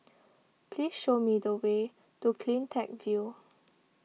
please show me the way to CleanTech View